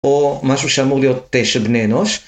או משהו שאמור להיות תשע בני אנוש